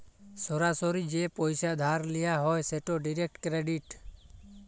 সরাসরি যে পইসা ধার লিয়া হ্যয় সেট ডিরেক্ট ক্রেডিট